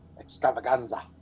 extravaganza